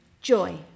Joy